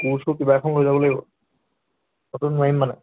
কোৰ চোৰ কিবা এখন লৈ যাব লাগিব নোৱাৰিম মানে